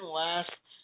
last